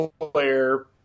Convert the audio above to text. player